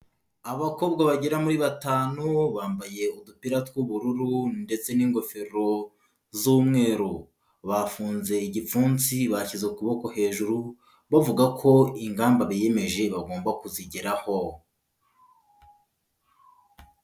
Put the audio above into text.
Abakobwa bagera kuri batanu bambaye udupira tw'ubururu ndetse n'ingofero z'umweru, bafunze igipfunsi bashyize ukuboko hejuru bavuga ko ingamba biyemeje bagomba kuzigeraho.